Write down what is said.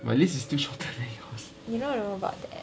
my list is still shorter than yours